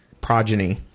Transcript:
progeny